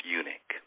Eunuch